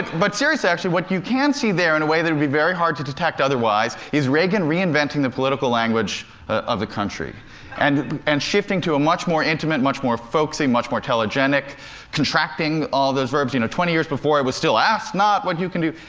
but seriously, actually, what you can see there, in a way that would be very hard to detect otherwise, is reagan reinventing the political language of the country and and shifting to a much more intimate, much more folksy, much more telegenic contracting all those verbs. you know, twenty years before it was still, ask not what you can do,